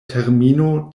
termino